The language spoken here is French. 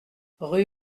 rue